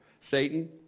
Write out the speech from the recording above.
Satan